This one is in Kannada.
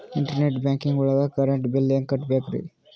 ಇಂಟರ್ನೆಟ್ ಬ್ಯಾಂಕಿಂಗ್ ಒಳಗ್ ಕರೆಂಟ್ ಬಿಲ್ ಹೆಂಗ್ ಕಟ್ಟ್ ಬೇಕ್ರಿ?